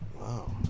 Wow